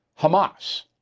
Hamas